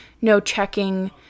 no-checking